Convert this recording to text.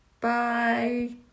Bye